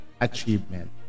achievement